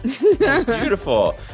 Beautiful